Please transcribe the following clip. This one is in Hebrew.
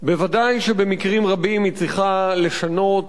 ודאי שבמקרים רבים היא צריכה לשנות